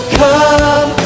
come